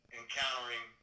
encountering